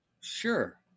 sure